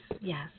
yes